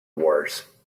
wars